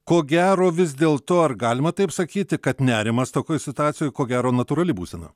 ko gero vis dėl to ar galima taip sakyti kad nerimas tokioj situacijoj ko gero natūrali būsena